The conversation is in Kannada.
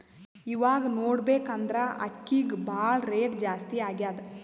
ಇವಾಗ್ ನೋಡ್ಬೇಕ್ ಅಂದ್ರ ಅಕ್ಕಿಗ್ ಭಾಳ್ ರೇಟ್ ಜಾಸ್ತಿ ಆಗ್ಯಾದ